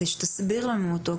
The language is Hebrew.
כדי שתסביר לנו אותו,